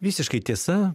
visiškai tiesa